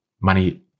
money